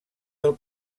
del